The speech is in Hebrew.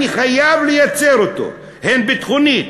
אני חייב לייצר אותו הן ביטחונית,